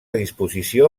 disposició